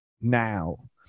now